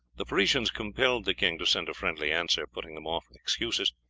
the parisians compelled the king to send a friendly answer, putting them off with excuses,